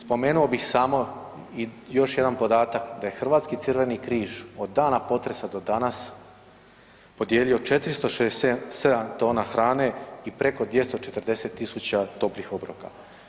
Spomenuo bih samo i još jedan podatak da je Hrvatski crveni križ od dana potresa do danas podijelio 467 tona hrane i preko 240.000 toplih obroka.